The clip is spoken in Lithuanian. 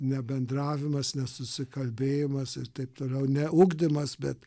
nebendravimas nesusikalbėjimas ir taip toliau ne ugdymas bet